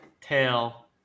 tail